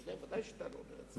ודאי שאתה לא אומר את זה.